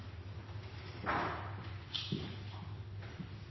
Jan